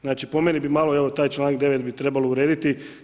Znači, po meni bi malo evo taj čl. 9. bi trebalo urediti.